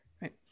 right